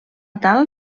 tal